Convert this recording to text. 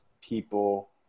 people